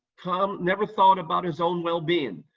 tom never thought about his own wellbeing.